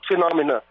phenomena